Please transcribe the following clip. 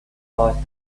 caused